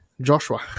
Joshua